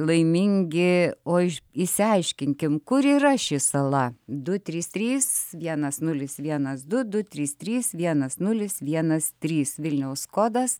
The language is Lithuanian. laimingi o išsiaiškinkim kur yra ši sala du trys trys vienas nulis vienas du du trys trys vienas nulis vienas trys vilniaus kodas